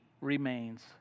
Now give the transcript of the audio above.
remains